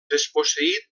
desposseït